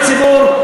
הציבור,